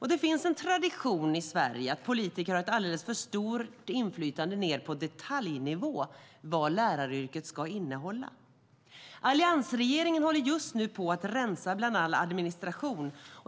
Det finns en tradition i Sverige att politiker har ett alldeles för stort inflytande ned på detaljnivå när det gäller vad läraryrket ska innehålla. Alliansregeringen håller just nu på att rensa bland all administration.